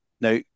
Now